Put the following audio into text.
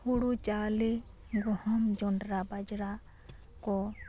ᱦᱳᱲᱳ ᱪᱟᱣᱞᱮ ᱜᱚᱦᱚᱢ ᱡᱚᱱᱰᱨᱟ ᱵᱟᱡᱽᱲᱟ ᱠᱚ